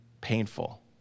painful